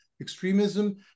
extremism